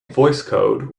voicecode